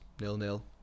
Nil-nil